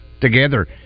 together